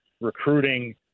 recruiting